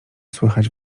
słychać